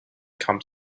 come